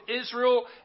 Israel